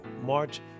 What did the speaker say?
March